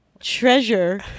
treasure